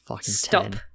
Stop